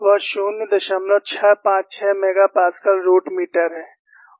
वह 0656 MPa root meter है